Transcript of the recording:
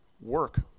work